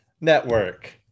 network